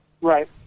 Right